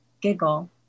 giggle